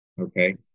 okay